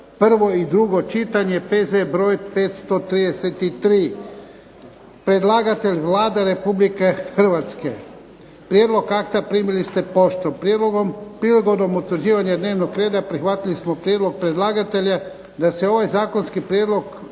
prvo i drugo čitanje, P.Z. br. 533 Predlagatelj Vlada Republike Hrvatske. Prijedlog akta primili ste poštom. Prigodom utvrđivanja dnevnog reda prihvatili smo prijedlog predlagatelja da se ovaj zakonski prijedlog